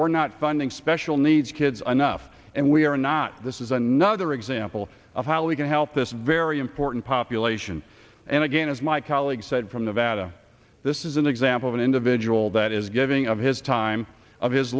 we're not funding special needs kids anough and we are not this is another example of how we can help this very important population and again as my colleague said from the data this is an example of an individual that is giving up his time of his